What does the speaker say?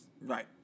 Right